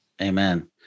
Amen